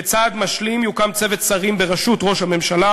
כצעד משלים יוקם צוות שרים בראשות ראש הממשלה.